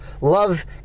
Love